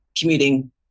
commuting